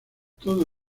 todo